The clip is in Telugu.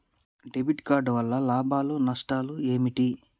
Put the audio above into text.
డెబిట్ కార్డు వల్ల లాభాలు నష్టాలు ఏమిటి?